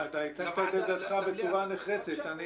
אתה הצגת את עמדתך בצורה נחרצת ואני